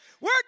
work